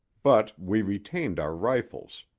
but we retained our rifles,